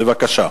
בבקשה.